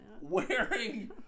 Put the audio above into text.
wearing